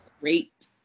Great